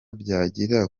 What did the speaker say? byagira